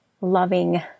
loving